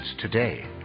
today